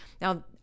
Now